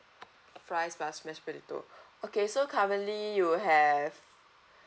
fries plus mashed potato okay so currently you have